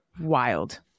Wild